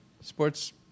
sports